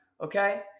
okay